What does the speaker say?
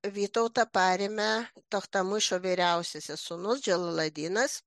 vytautą perėmė tachtamyšo vyriausiasis sūnus dželaladinas